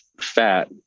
fat